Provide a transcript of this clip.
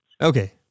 Okay